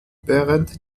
während